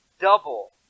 Double